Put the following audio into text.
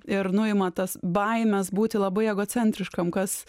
ir nuima tas baimes būti labai egocentriškam kas